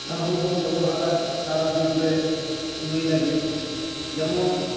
ᱟᱨᱦᱚᱸ ᱵᱚ ᱵᱮᱵᱚᱦᱟᱨᱟ ᱫᱟᱨᱟ ᱫᱤᱱ ᱨᱮ ᱧᱩᱭ ᱞᱟᱹᱜᱤᱫ ᱡᱮᱢᱚᱱ